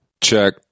check